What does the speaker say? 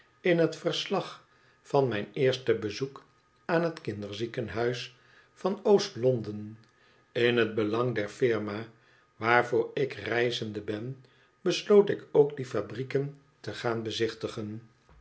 in het verslag van mijn eerste bezoek aan het kinderziekenhuis van oostlonden in het belang der firma waarvoor ik reizende ben besloot ik ook die fabrieken te gaan bezichtigen